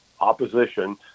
opposition